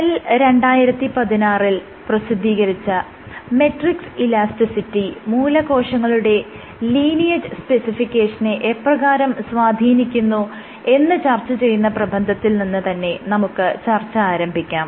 cell 2006 ൽ പ്രസിദ്ധീകരിച്ച matrix elasticity മൂലകോശങ്ങളുടെ ലീനിയേജ് സ്പെസിഫിക്കേഷനെ എപ്രകാരം സ്വാധീനിക്കുന്നു എന്ന് ചർച്ച ചെയ്യുന്ന പ്രബന്ധത്തിൽ നിന്ന് തന്നെ നമുക്ക് ചർച്ച ആരംഭിക്കാം